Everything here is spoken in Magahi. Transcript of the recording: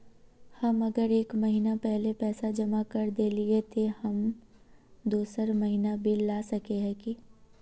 हम अगर एक महीना पहले पैसा जमा कर देलिये ते हम दोसर महीना बिल ला सके है की?